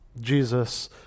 Jesus